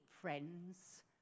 friends